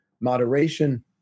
moderation